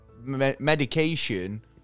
medication